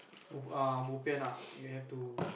err bobian ah you have to